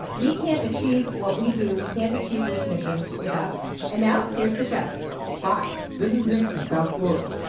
we can't achieve what we do we can't achieve this mission without you. and now, here's the show hi. this is nick from south florida.